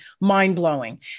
mind-blowing